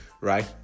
right